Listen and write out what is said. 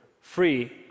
free